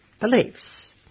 beliefs